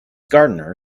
gardener